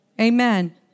Amen